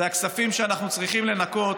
זה הכספים שאנחנו צריכים לנכות